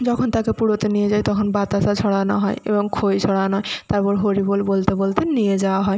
যখন তাকে পোড়াতে নিয়ে যায় তখন বাতাসা ছড়ানো হয় এবং খই ছড়ানো হয় তারপর হরিবোল বলতে বলতে নিয়ে যাওয়া হয়